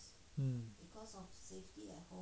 mm